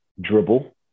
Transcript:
dribble